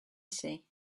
see